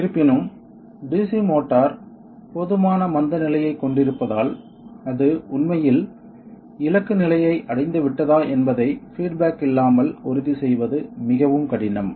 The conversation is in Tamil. இருப்பினும் DC மோட்டார் போதுமான மந்தநிலையைக் கொண்டிருப்பதால் அது உண்மையில் இலக்கு நிலையை அடைந்துவிட்டதா என்பதை பீட் பேக் இல்லாமல் உறுதி செய்வது மிகவும் கடினம்